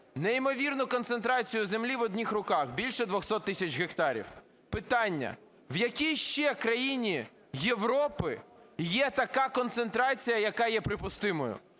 неймовірну концентрацію землі в одних руках, більше 200 тисяч гектарів. Питання: в якій ще країні Європи є така концентрація, яка є припустимою?